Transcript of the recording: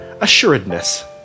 assuredness